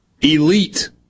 Elite